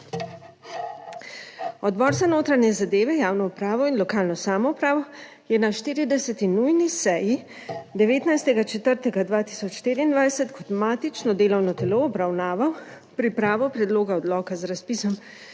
Odbor za notranje zadeve, javno upravo in lokalno samoupravo je na 40. nujni seji 19. 4. 2024 kot matično delovno telo obravnaval pripravo predloga odloka z razpisom